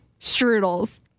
strudels